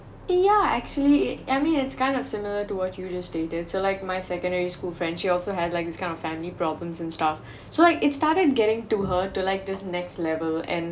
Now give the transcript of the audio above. ya actually I mean it's kind of similar to our children stages so like my secondary school friends she also have like kind of family problems and stuff so like it started getting to her to like this next level and